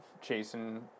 chasing